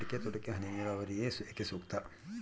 ಅಡಿಕೆ ತೋಟಕ್ಕೆ ಹನಿ ನೇರಾವರಿಯೇ ಏಕೆ ಸೂಕ್ತ?